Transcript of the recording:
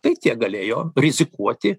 tai tie galėjo rizikuoti